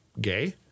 gay